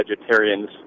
vegetarians